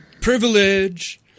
Privilege